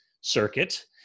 circuit